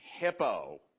hippo